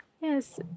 Yes